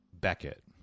Beckett